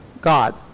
god